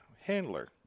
handler